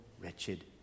wretched